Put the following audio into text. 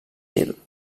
gil